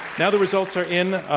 now the results are in,